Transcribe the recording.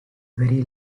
very